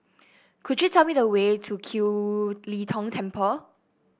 could you tell me the way to Kiew Lee Tong Temple